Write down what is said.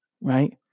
Right